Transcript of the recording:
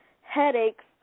headaches